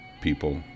people